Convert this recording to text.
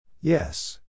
Yes